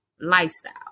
lifestyle